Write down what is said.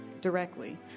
directly